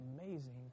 amazing